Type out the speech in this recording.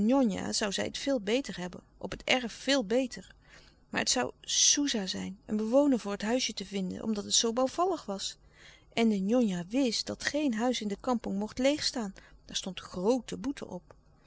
zoû zij het veel beter hebben op het erf veel beter maar het zoû soesa zijn een bewoner voor het huisje te vinden omdat het zoo bouwvallig was en de njonja wist dat geen huis in de kampong mocht leêg staan daar stond groote boete op